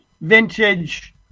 vintage